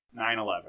9-11